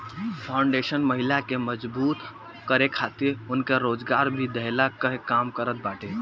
foundation महिला के मजबूत करे खातिर उनके रोजगार भी देहला कअ काम करत बाटे